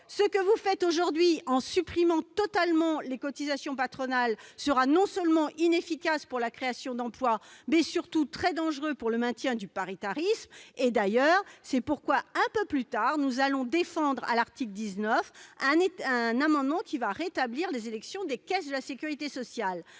Ce que vous faites aujourd'hui en supprimant totalement les cotisations patronales sera non seulement inefficace pour la création d'emplois, mais surtout très dangereux pour le maintien du paritarisme. C'est la raison pour laquelle nous défendrons plus loin, à l'article 19, un amendement visant à rétablir les élections des caisses de la sécurité sociale.